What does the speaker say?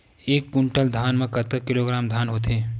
एक कुंटल धान में कतका किलोग्राम धान होथे?